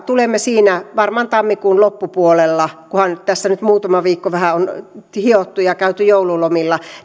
tulemme sen osalta sitten varmaan tammikuun loppupuolella kunhan nyt tässä muutama viikko vähän on hiottu ja käyty joululomilla